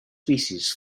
species